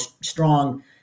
strong